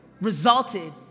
resulted